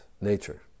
nature